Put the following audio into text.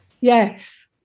Yes